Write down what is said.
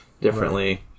differently